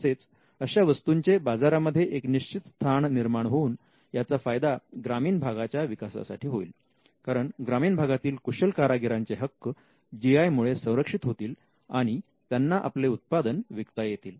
तसेच अशा वस्तूंचे बाजारामध्ये एक निश्चित स्थान निर्माण होऊन याचा फायदा ग्रामीण भागाच्या विकासासाठी होईल कारण ग्रामीण भागातील कुशल कारागिरांचे हक्क जी आय मुळे संरक्षित होतील आणि त्यांना आपले उत्पादन विकता येतील